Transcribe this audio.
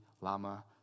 lama